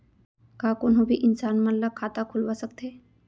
का कोनो भी इंसान मन ला खाता खुलवा सकथे?